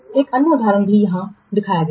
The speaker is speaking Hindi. एक अन्य उदाहरण भी यहाँ दिखाया गया है